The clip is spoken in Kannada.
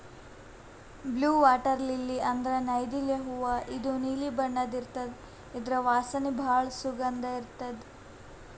ಬ್ಲೂ ವಾಟರ್ ಲಿಲ್ಲಿ ಅಂದ್ರ ನೈದಿಲೆ ಹೂವಾ ಇದು ನೀಲಿ ಬಣ್ಣದ್ ಇರ್ತದ್ ಇದ್ರ್ ವಾಸನಿ ಭಾಳ್ ಸುಗಂಧ್ ಇರ್ತದ್